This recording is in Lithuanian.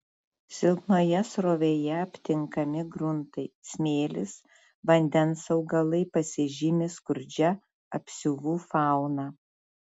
silpnoje srovėje aptinkami gruntai smėlis vandens augalai pasižymi skurdžia apsiuvų fauna